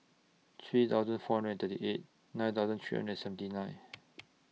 three thousand four hundred and thirty eight nine thousand three hundred and seventy nine